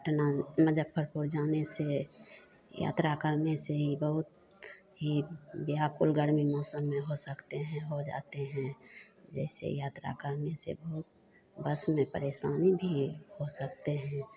पटना मुजफ़्फरपुर जाने से यात्रा करने से ही बहुत ही व्याकुल गरमी मौसम में हो सकती है हो जाती है जैसे यात्रा करने से बहुत बस में परेशानी भी हो सकती है